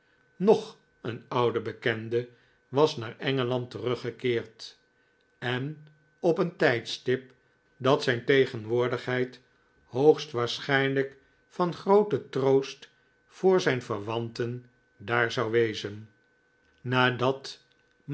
nog een oude bekende was naar engeland teruggekeerd en op een tijdstip dat zijn tegenwoordigheid hoogstwaarschijnlijk van grooten troost voor zijn verwanten daar zou wezen nadat